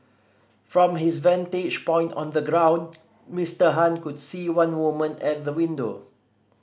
from his vantage point on the ground Mister Han could see one woman at the window